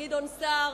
גדעון סער,